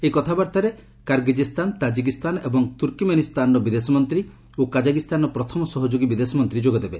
ଏହି କଥାବାର୍ଭାରେ Kyrgyzstan Tajikistan ଏବଂ ତୁର୍କୀମେନୀସ୍ଥାନର ବିଦେଶ ମନ୍ତ୍ରୀ ଓ କାଜାଗିସ୍ଥାନର ପ୍ରଥମ ସହଯୋଗୀ ବିଦେଶ ମନ୍ତ୍ରୀ ଯୋଗଦେବ